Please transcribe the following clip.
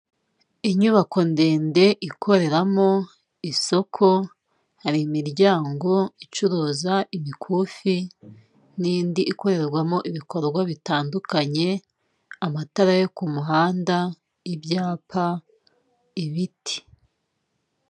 Inyubako ndende ikoreramo isoko, hari imiryango icuruza imikufi n'indi ikorerwamo ibikorwa bitandukanye, amatara yo ku muhanda, ibyapa, ibiti.